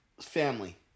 family